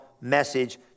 message